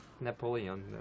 Napoleon